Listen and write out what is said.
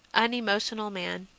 unemotional man.